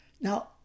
Now